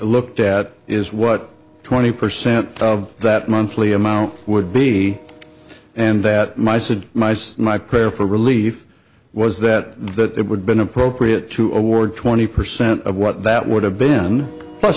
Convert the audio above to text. looked at is what twenty percent of that monthly amount would be and that mice and mice my prayer for relief was that it would been appropriate to award twenty percent of what that would have been plus